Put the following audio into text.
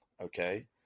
okay